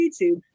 YouTube